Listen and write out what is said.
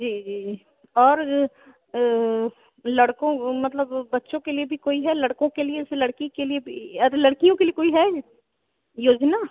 जी जी और लड़कों मतलब बच्चों के लिए भी कोई है लड़कों के लिए जैसे लड़की के लिए भी अरे लड़कियों के लिए कोई है योजना